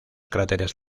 cráteres